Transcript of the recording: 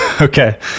okay